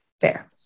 Fair